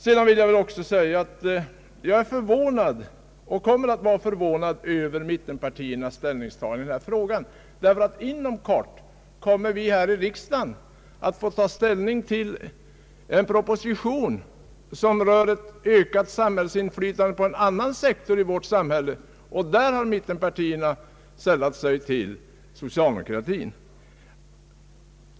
Jag vill också säga att jag är förvånad över mittenpartiernas ställningstagande i denna fråga. Vi kommer nämligen att inom kort få ta ställning till en proposition som rör ökat samhällsinflytande inom en annan sektor av samhället, och i den frågan har mittenpartierna sällat sig till socialdemokratin.